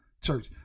church